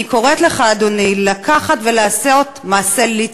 אני קוראת לך, אדוני, לקחת ולעשות מעשה-ליצמן.